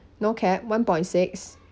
no cap one point six